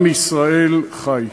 עם ישראל חי.